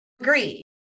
agree